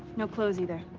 no clothes either.